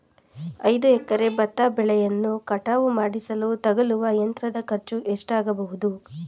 ಐದು ಎಕರೆ ಭತ್ತ ಬೆಳೆಯನ್ನು ಕಟಾವು ಮಾಡಿಸಲು ತಗಲುವ ಯಂತ್ರದ ಖರ್ಚು ಎಷ್ಟಾಗಬಹುದು?